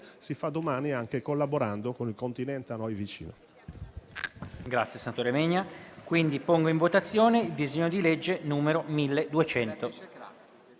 e, un domani, anche collaborando con il Continente a noi vicino.